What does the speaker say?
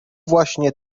właśnie